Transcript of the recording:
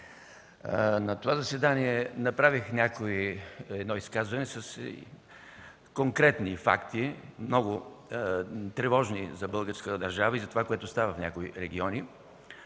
На това заседание направих изказване с конкретни много тревожни факти, за българската държава и за това, което става в някои райони.